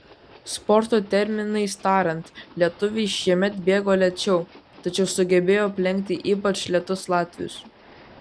sporto terminais tariant lietuviai šiemet bėgo lėčiau tačiau sugebėjo aplenkti ypač lėtus latvius